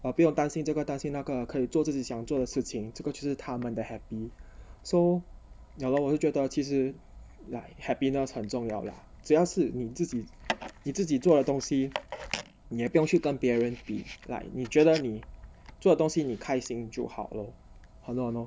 uh 不用担心这个担心那个可以做自己想做的事情这个就是他们的 happy so ya lor 我就觉得其实 like happiness 很重要 lah 只要是你自己你自己做的东西你也不要去跟别人比 like 你觉得你做的东西你开心就好 lor 好 lor 好 lor